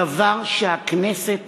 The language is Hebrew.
דבר שהכנסת